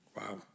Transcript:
Wow